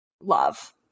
love